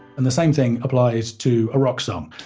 and the same thing applies to a rock song,